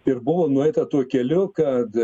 ir buvo nueita tuo keliu kad